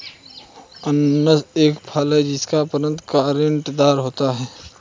अनन्नास एक फल है जिसकी परत कांटेदार होती है